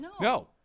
No